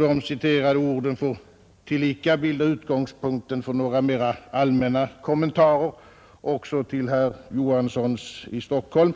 De citerade orden får tillika bilda utgångspunkten för några mera allmänna kommentarer också till herr Knut Johanssons i Stockholm